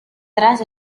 tras